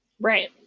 Right